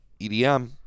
EDM